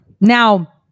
Now